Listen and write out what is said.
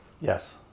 Yes